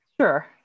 sure